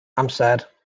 amser